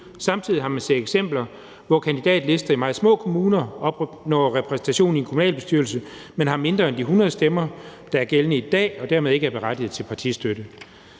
Samtidig har man set eksempler, hvor kandidatlister i meget små kommuner opnår repræsentation i en kommunalbestyrelse, men har mindre end de 100 stemmer, der er gældende i dag, og dermed ikke er berettiget til partistøtte.